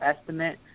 estimate